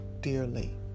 dearly